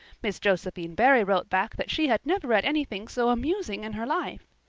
miss josephine barry wrote back that she had never read anything so amusing in her life.